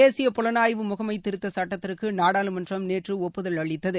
தேசிய புலனாய்வு முகமை திருத்த சுட்டத்திற்கு நாடாளுமன்றம் நேற்று ஒப்புதல் அளித்தது